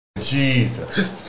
Jesus